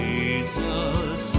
Jesus